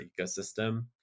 ecosystem